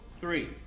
three